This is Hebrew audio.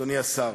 אדוני השר,